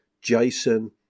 Jason